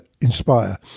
inspire